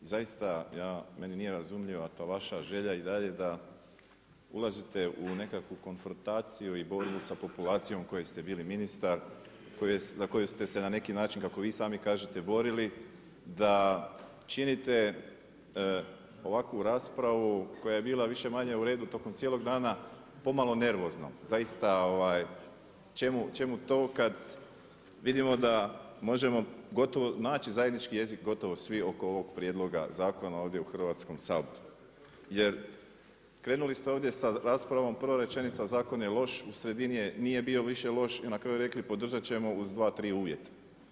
Zaista meni nije razumljivo ta vaša želja i dalje da ulazite u nekakvu konfrontaciju i borbu sa populacijom u kojoj ste bili ministar, tj. za koju se na neki način, kako vi sami kažete, borili, da činite ovakvu raspravu koja je bila više-manje u redu tokom cijelog dana, pomalo nervoznom, zaista čemu to kad vidimo da možemo gotovo naći zajednički jezik, gotovo svi oko ovog prijedloga zakona ovdje u Hrvatskom saboru jer krenuli ste ovdje sa raspravom, prva rečenica „Zakon je loš“ u sredini nije bio više loš i na kraju rekli podržati ćemo uz dva, tri uvjeta.